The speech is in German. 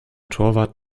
torwart